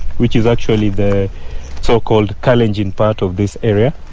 which is actually the so-called kalenjin part of this area,